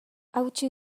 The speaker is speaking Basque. hautsi